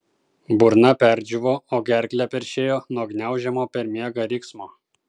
burna perdžiūvo o gerklę peršėjo nuo gniaužiamo per miegą riksmo